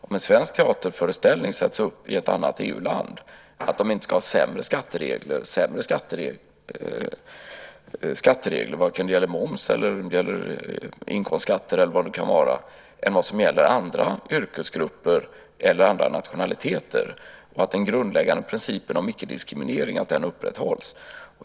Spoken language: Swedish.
Om en svensk teaterföreställning sätts upp i ett annat EU-land ska det inte vara sämre skatteregler vare sig det gäller moms eller det gäller inkomstskatter eller vad det nu kan vara än vad som gäller för andra yrkesgrupper eller andra nationaliteter, och den grundläggande principen om icke-diskriminering ska upprätthållas.